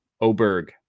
Oberg